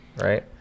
right